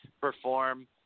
perform